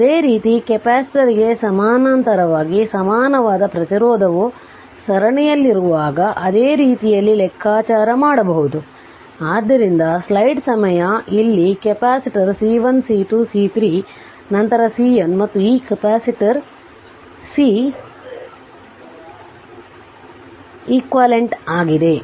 ಅದೇ ರೀತಿ ಕೆಪಾಸಿಟರ್ಗೆ ಸಮಾನಾಂತರವಾಗಿ ಸಮಾನವಾದ ಪ್ರತಿರೋಧವು ಸರಣಿಯಲ್ಲಿರುವಾಗ ಅದೇ ರೀತಿಯಲ್ಲಿ ಲೆಕ್ಕಾಚಾರ ಮಾಡಬಹುದು ಆದ್ದರಿಂದ ಸ್ಲೈಡ್ ಸಮಯ ಇಲ್ಲಿ ಕೆಪಾಸಿಟರ್ C1 C2 C3 ನಂತರ CN ಮತ್ತು ಈ ಕೆಪಾಸಿಟರ್ Cequivalent ಆಗಿದೆ